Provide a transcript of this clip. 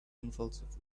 convulsively